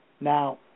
Now